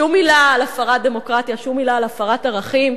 שום מלה על הפרת דמוקרטיה, שום מלה על הפרת ערכים,